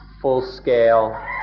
full-scale